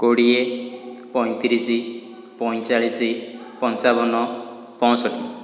କୋଡ଼ିଏ ପଇଁ ତିରିଶ ପଇଁ ଚାଳିଶ ପଞ୍ଚାବନ ପଞ୍ଚଷଠି